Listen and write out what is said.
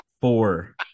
four